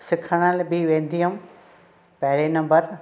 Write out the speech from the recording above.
सिखण बि वेंदी हुयमि पहिरिएं नम्बर